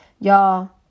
Y'all